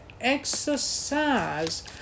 exercise